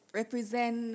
represent